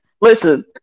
listen